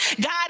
God